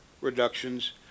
reductions